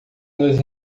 nos